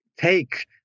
take